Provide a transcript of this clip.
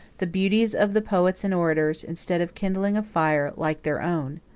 the beauties of the poets and orators, instead of kindling a fire like their own,